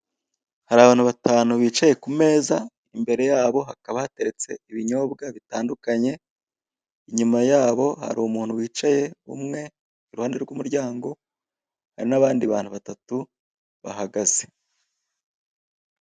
Hari abantu batanu bicaye kumeza, imbere yabo hakaba hateretse ibinyobwa bitandukanye, inyuma yabo hari umuntu wicaye umwe, iruhande rw'umuryango hari n'abandi batatu bahagaze.